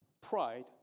Pride